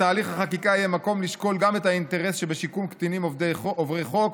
בתהליך החקיקה יהיה מקום לשקול גם האינטרס שבשיקום קטינים עוברי חוק